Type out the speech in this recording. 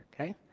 Okay